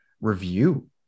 review